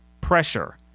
pressure